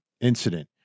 incident